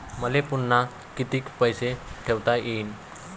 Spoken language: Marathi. मले पुन्हा कितीक पैसे ठेवता येईन?